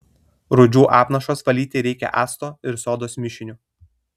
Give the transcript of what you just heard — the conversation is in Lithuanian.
rūdžių apnašas valyti reikia acto ir sodos mišiniu